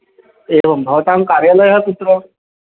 एवं भवतां कार्यालयः कुत्र